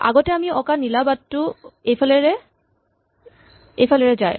আগতে আমি অঁকা নীলা বাটটো এইফালেৰে যায়